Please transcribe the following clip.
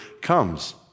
comes